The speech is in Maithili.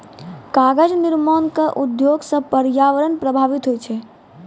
कागज निर्माण क उद्योग सँ पर्यावरण प्रभावित होय छै